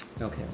Okay